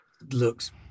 looks